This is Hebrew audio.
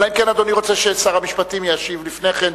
אלא אם כן אדוני רוצה ששר המשפטים ישיב לפני כן.